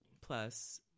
plus